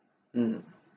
mm